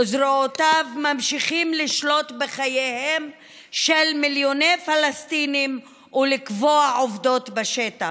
זרועותיו ממשיכות לשלוט בחייהם של מיליוני פלסטינים ולקבוע עובדות בשטח,